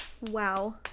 Wow